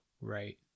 Right